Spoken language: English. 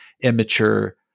immature